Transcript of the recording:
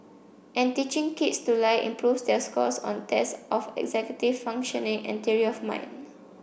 and teaching kids to lie improves their scores on tests of executive functioning and theory of mind